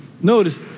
notice